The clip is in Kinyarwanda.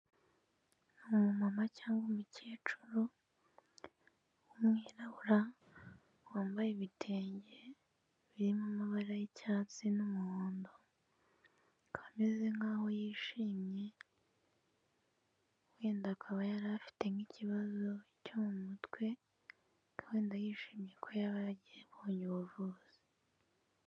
Ni umumama cyangwa umukecuru w'umwirabura wambaye ibitenge birimo amabara y'icyatsi n'umuhondo. Ameze nkaho yishimye wenda akaba yari afite nk'ikibazo cyo mu mutwe wenda yishimiye ko yaba abonye ubuvuzi.